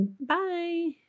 Bye